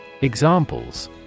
Examples